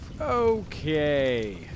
Okay